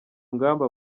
ngamba